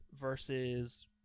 versus